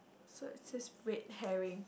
so it says red herring